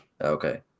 okay